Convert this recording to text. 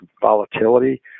volatility